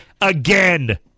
again